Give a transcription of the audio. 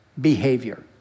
behavior